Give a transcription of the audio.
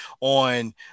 on